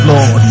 Lord